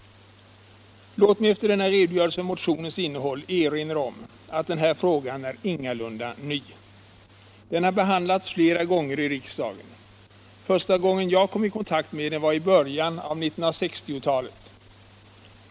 Låt mig efter denna redogörelse för motionens innehåll erinra om att frågan ingalunda är ny. Den har behandlats flera gånger i riksdagen. Första gången jag själv kom i kontakt med den var i början av 1960-talet.